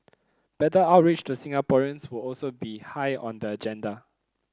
better outreach to Singaporeans would also be high on the agenda